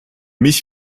mich